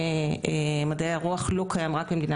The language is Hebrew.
אז הרבה פעמים משתמשים בנימוק הזה כדי לשמור עוד ספרות עברית